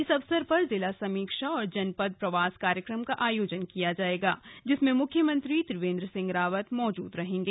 इस अवसर पर जिला समीक्षा और जनपद प्रवास कार्यक्रम का आयोजन किया जाएगा जिसमें मुख्यमंत्री त्रिवेन्द्र सिंह रावत मौजूद रहेंगे